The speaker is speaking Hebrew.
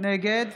נגד